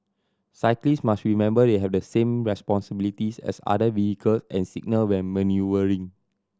cyclist must remember they have the same responsibilities as other vehicle and signal when manoeuvring